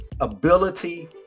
ability